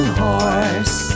horse